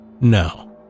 no